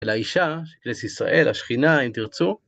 אלא אישה, כנסת ישראל, השכינה, אם תרצו.